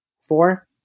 Four